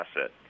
asset